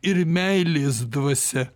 ir meilės dvasia